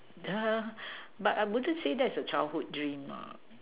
err but I wouldn't say that's a childhood dream lah